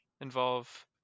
involve